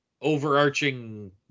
overarching